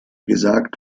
gesagt